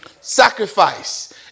sacrifice